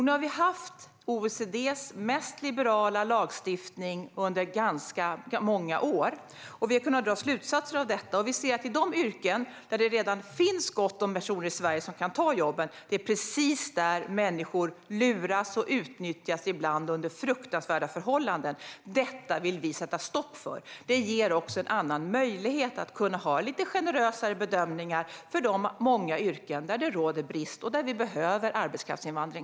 Nu har vi haft OECD:s mest liberala lagstiftning under ganska många år, och vi har kunnat dra slutsatser av detta. Det är just i de yrken där det redan finns gott om personer i Sverige som kan ta jobben som människor luras och utnyttjas, ibland under fruktansvärda förhållanden. Detta vill vi sätta stopp för. Det ger också en möjlighet att göra lite generösare bedömningar för de många yrken där det råder brist och där vi behöver arbetskraftsinvandring.